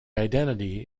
identity